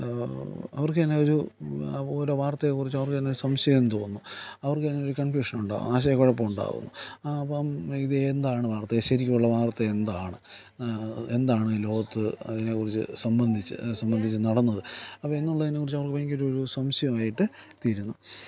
അവർക്ക് തന്നെ ഒരു ഓരോ വാർത്തയെ കുറിച്ചും അവർക്ക് തന്നെ സംശയം തോന്നും അവർക്ക് തന്നെ ഒരു കൺഫൂഷ്യൻ ഉണ്ടാവും ആശയക്കുഴപ്പം ഉണ്ടാവും ആ അപ്പം ഇതെന്താണ് വാർത്ത ശരിക്കുമുള്ള വാർത്ത എന്താണ് എന്താണ് ഈ ലോകത്ത് അതിനെകുറിച്ച് സംബന്ധിച്ച് സംബന്ധിച്ച് നടന്നത് അപ്പോൾ എന്നുള്ളതിനെ കുറിച്ച് നമ്മൾ ഭയങ്കര ഒരു സംശയമായിട്ട് തീരുന്നു